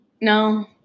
no